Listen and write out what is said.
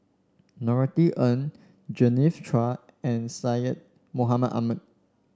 Norothy Ng Genevieve Chua and Syed Mohamed Ahmed